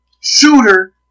shooter